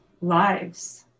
lives